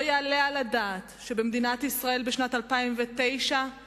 לא יעלה על הדעת שבמדינת ישראל בשנת 2009 אלופים,